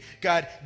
God